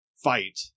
fight